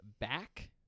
Back